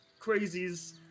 crazies